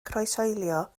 croeshoelio